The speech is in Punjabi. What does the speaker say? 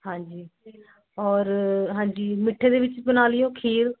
ਹਾਂਜੀ ਔਰ ਹਾਂਜੀ ਮਿੱਠੇ ਦੇ ਵਿੱਚ ਬਣਾ ਲਿਓ ਖੀਰ